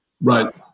Right